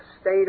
state